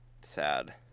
sad